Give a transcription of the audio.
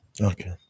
Okay